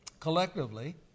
Collectively